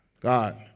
God